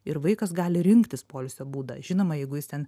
ir vaikas gali rinktis poilsio būdą žinoma jeigu jis ten